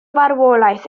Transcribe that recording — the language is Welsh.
farwolaeth